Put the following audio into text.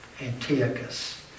Antiochus